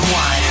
one